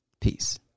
Peace